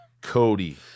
Cody